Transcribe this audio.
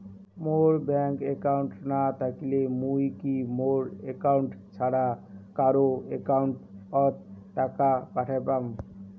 মোর bank account না থাকিলে মুই কি মোর একাউন্ট ছাড়া কারো একাউন্ট অত টাকা পাঠের পাম?